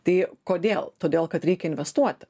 tai kodėl todėl kad reikia investuoti